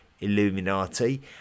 Illuminati